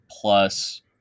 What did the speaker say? plus